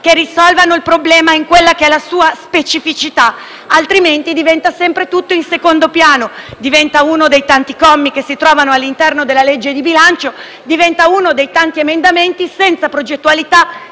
che risolvano il problema nella sua specificità, altrimenti passa sempre tutto in secondo piano, diventa uno dei tanti commi che si trovano all'interno della legge di bilancio, diventa uno dei tanti emendamenti senza progettualità,